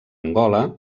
angola